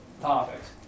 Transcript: topics